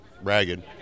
ragged